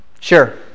Sure